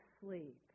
sleep